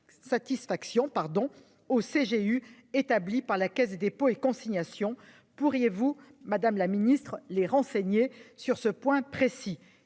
Satisfaction pardon aux CGU établi par la Caisse des dépôts et consignations. Pourriez-vous Madame la Ministre les renseigner sur ce point précis,